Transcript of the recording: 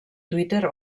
twitter